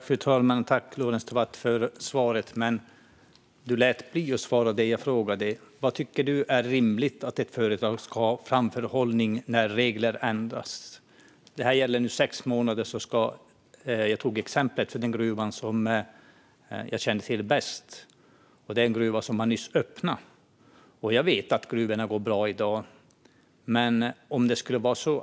Fru talman! Tack, Lorentz Tovatt, för svaret! Du lät dock bli att svara på det jag frågade om. Vilken framförhållning tycker du är rimlig för ett företag när regler ändras? Här handlar det om sex månader. Jag tog ett exempel från den gruva som jag känner till bäst. Det är en gruva som nyss har öppnat. Jag vet att gruvorna i dag går bra.